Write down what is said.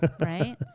right